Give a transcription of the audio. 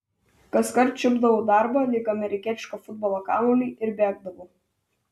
kaskart čiupdavau darbą lyg amerikietiško futbolo kamuolį ir bėgdavau